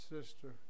Sister